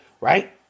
Right